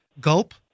gulp